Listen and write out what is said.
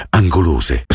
angolose